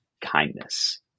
kindness